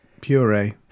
puree